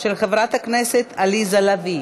של חברת הכנסת עליזה לביא.